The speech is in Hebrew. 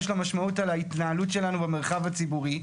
יש לו משמעות על ההתנהלות שלנו במרחב הציבורי.